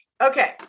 Okay